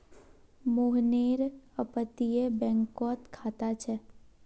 मोहनेर अपततीये बैंकोत खाता छे